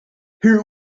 her